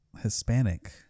Hispanic